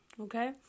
Okay